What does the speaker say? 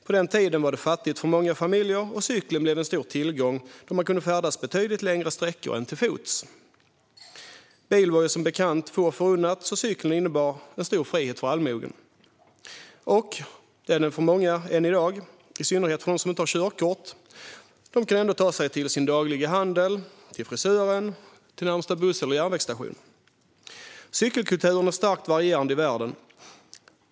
På den tiden var det fattigt för många familjer, och cykeln blev en stor tillgång eftersom man kunde färdas betydligt längre sträckor än till fots. Bil var som bekant få förunnat, så cykeln innebar en stor frihet för allmogen. Det gör den för många än i dag, i synnerhet för dem som inte har körkort men ändå kan ta sig till sin dagliga handel, till frisören och till närmaste buss eller järnvägsstation. Cykelkulturen är starkt varierande i världen.